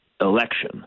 election